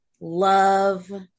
love